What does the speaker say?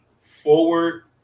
forward